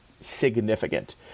significant